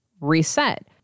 reset